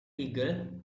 eagle